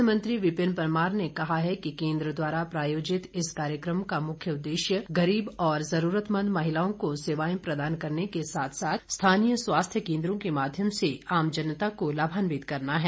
स्वास्थ्य मंत्री विपिन परमार ने कहा कि केंद्र द्वारा प्रायोजित इस कार्यक्रम का मुख्य उद्देश्य गरीब और जरूतमंद महिलाओं को सेवाएं प्रदान करने के साथ साथ स्थानीय स्वास्थ्य केंद्रों के माध्यम से आम जनता को लाभान्वित करना है